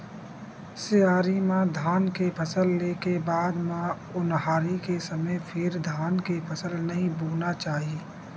सियारी म धान के फसल ले के बाद म ओन्हारी के समे फेर धान के फसल नइ बोना चाही